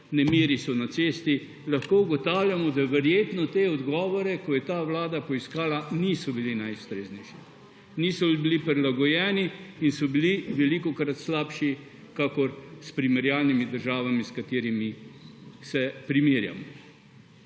nemiri so na cesti, lahko ugotavljamo, da verjetno te odgovore, ko je ta Vlada poiskala, niso bili najustreznejši. Niso bili prilagojeni in so bili velikokrat slabši kakor s primerjalnimi državami s katerimi se primerjamo.